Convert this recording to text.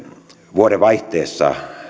vuodenvaihteessa